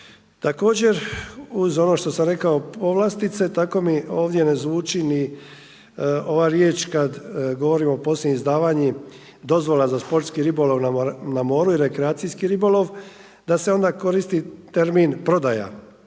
Također, uz ono što sam rekao povlastice, tako mi ovdje ne zvuči ni ova riječ kad govorim o posljednjim izdavanjem dozvola za sportski ribolov na moru i rekreacijski ribolov, da se onda koristi termin prodaja.